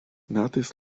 metais